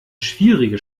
schwierige